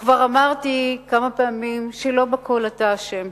וכבר אמרתי כמה פעמים שלא בכול אתה אשם,